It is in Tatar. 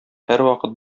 һәрвакыт